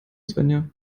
svenja